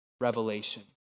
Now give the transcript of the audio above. revelation